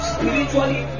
Spiritually